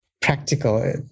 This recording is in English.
practical